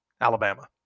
Alabama